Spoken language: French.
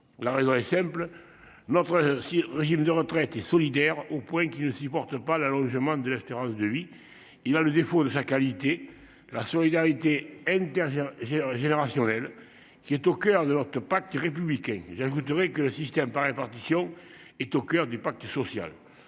La raison est simple, notre si régime de retraite et solidaire au point qu'il ne supporte pas l'allongement de l'espérance de vie. Il a le défaut de sa qualité. La solidarité intervient j'générationnel qui est au coeur de notre pacte républicain. J'ajouterai que le système par répartition est au coeur du pacte social.